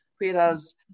whereas